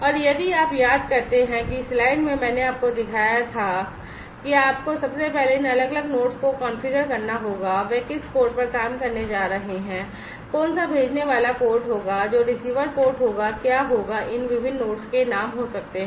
और यदि आप याद करते हैं कि स्लाइड में मैंने आपको दिखाया था कि आपको सबसे पहले इन अलग अलग नोड्स को कॉन्फ़िगर करना होगा वे किस पोर्ट पर काम करने जा रहे हैं कौन सा भेजने वाला पोर्ट होगा जो रिसीवर पोर्ट होगा क्या होगा इन विभिन्न नोड्स के नाम हो सकते हैं